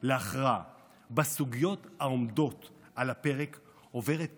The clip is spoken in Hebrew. להכרעה בסוגיות העומדות על הפרק עוברת כאן,